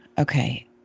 Okay